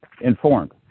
informed